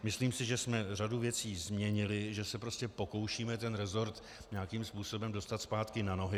Myslím si, že jsme řadu věcí změnili, že se prostě pokoušíme ten rezort nějakým způsobem dostat zpátky na nohy.